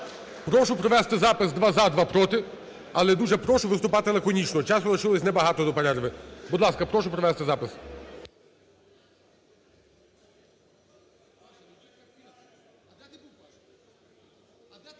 прошу провести запис: два – за, два – проти. Але прошу виступати лаконічно, часу лишилося небагато до перерви. Будь ласка, прошу провести запис.